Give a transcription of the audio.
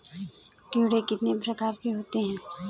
कीड़े कितने प्रकार के होते हैं?